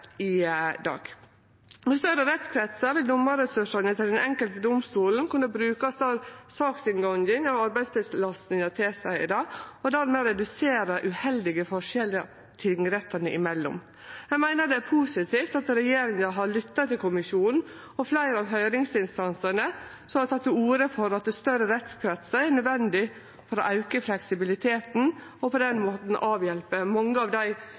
i dag. Med større rettskretsar vil dommarressursane til den enkelte domstolen kunne brukast avhengig av saksinngangen når arbeidsbelastninga tilseier det, og dermed redusere uheldige forskjellar tingrettane imellom. Eg meiner det er positivt at regjeringa har lytta til kommisjonen og fleire av høyringsinstansane, som har teke til orde for at større rettskretsar er nødvendig for å auke fleksibiliteten og på den måten avhjelpe mange av dei